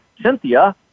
Cynthia